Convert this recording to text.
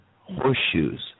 horseshoes